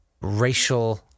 racial